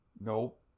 Nope